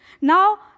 Now